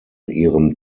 ihrem